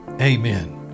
amen